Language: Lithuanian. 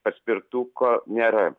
paspirtuko nėra